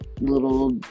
little